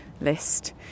list